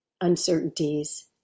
uncertainties